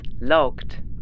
Logged